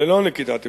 ללא נקיטת אמצעים.